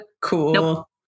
Cool